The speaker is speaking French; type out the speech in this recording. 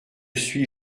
suis